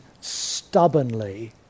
stubbornly